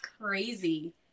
crazy